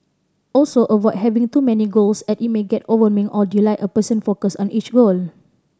also avoid having too many goals as it may get overwhelming or dilute a person focus on each goal